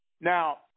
Now